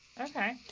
Okay